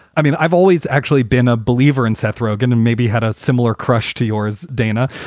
i mean, i've always actually been a believer in seth rogen and maybe had a similar crush to yours, dana,